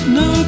no